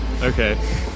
Okay